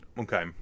Okay